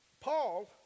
Paul